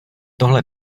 tohle